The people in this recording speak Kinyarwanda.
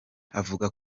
avuga